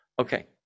Okay